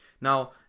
Now